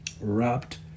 wrapped